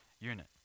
unit